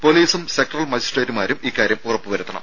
പൊലീസും സെക്ടറൽ മജിസ്ട്രേറ്റുമാരും ഇക്കാര്യം ഉറപ്പുവരുത്തണം